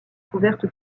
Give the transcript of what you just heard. couverte